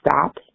stop